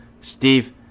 Steve